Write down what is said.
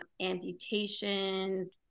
amputations